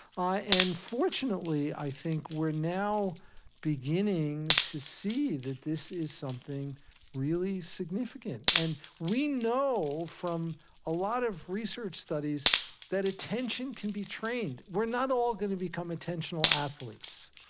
and fortunately, i think we're now beginning to see that this is something really significant. and we know from a lot of research studies that attention can be trained. we're not all going to become attentional athletes,